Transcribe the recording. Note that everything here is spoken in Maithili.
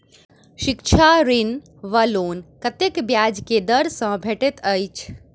शिक्षा ऋण वा लोन कतेक ब्याज केँ दर सँ भेटैत अछि?